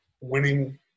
winning